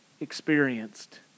experienced